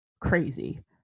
crazy